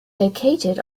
located